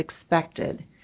expected